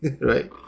right